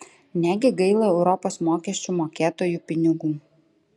negi gaila europos mokesčių mokėtojų pinigų